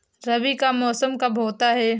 रबी का मौसम कब होता हैं?